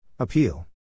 Appeal